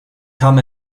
kam